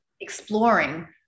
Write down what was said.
exploring